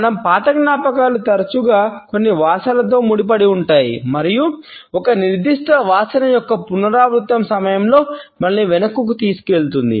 మనం పాత జ్ఞాపకాలు తరచూ కొన్ని వాసనలతో ముడిపడి ఉంటాయి మరియు ఒక నిర్దిష్ట వాసన యొక్క పునరావృతం సమయంలో మనల్ని వెనుకకు తీసుకువెళుతుంది